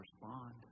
respond